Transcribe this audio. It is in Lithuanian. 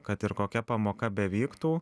kad ir kokia pamoka bevyktų